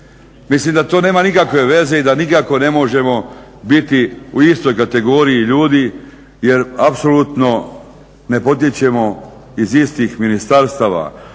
mislim da to nema nikakve veze i da nikako ne možemo biti u istoj kategoriji ljudi jer apsolutno ne potječemo iz istih ministarstava.